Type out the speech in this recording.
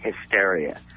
hysteria